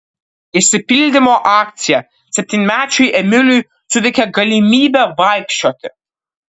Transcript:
išsipildymo akcija septynmečiui emiliui suteikė galimybę vaikščioti